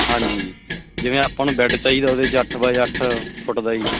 ਹਾਂਜੀ ਜਿਵੇਂ ਆਪਾਂ ਨੂੰ ਬੈਡ ਚਾਹੀਦਾ ਉਹਦੇ 'ਚ ਅੱਠ ਬਾਏ ਅੱਠ ਫੁੱਟ ਦਾ ਜੀ